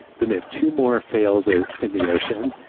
and they have two more fails ah in the ocean.